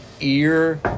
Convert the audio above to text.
ear